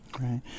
Right